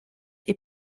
est